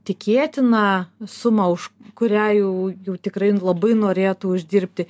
tikėtiną sumą už kurią jau jau tikrai labai norėtų uždirbti